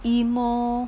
emo